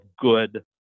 good